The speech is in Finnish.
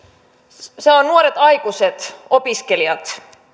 se on nuoret aikuiset opiskelijat